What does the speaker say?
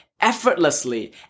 effortlessly